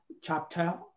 chapter